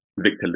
Victor